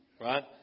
Right